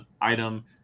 item